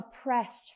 oppressed